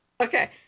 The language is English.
Okay